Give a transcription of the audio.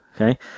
Okay